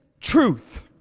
truth